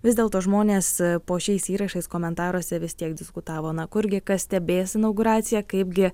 vis dėlto žmonės po šiais įrašais komentaruose vis tiek diskutavo na kur gi kas stebės inauguraciją kaipgi